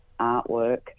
artwork